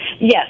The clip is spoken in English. Yes